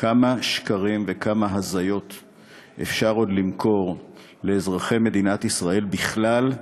כמה שקרים וכמה הזיות אפשר עוד למכור לאזרחי מדינת ישראל בכלל,